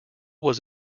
was